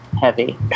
heavy